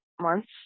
months